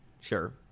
Sure